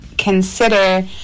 consider